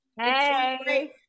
Hey